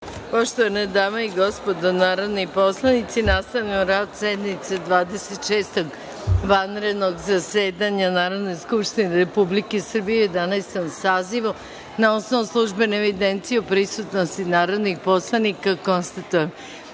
Poštovane dame i gospodo narodni poslanici, nastavljamo rad sednice Dvadeset šestog vanrednog zasedanja Narodne skupštine Republike Srbije u Jedanaestom sazivu. Na osnovu službene evidencije o prisutnosti narodnih poslanika, konstatujem